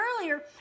earlier